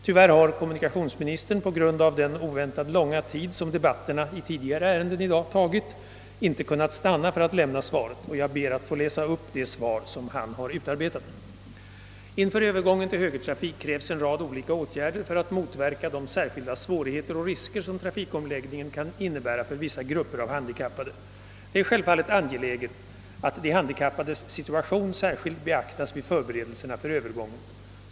Tyvärr har kommunikationsministern på grund av den oväntat långa tid som debatterna i dag i tidigare ärenden tagit inte kunnat stanna för att själv lämna sitt svar, som jag därför ber att få läsa upp. Inför övergången till högertrafik krävs en rad olika åtgärder för att motverka de särskilda svårigheter och risker som trafikomläggningen kan innebära för vissa grupper av handikappade. Det är självfallet angeläget att de handikappades situation särskilt beaktas vid förberedelserna för övergången.